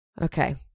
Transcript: Okay